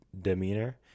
demeanor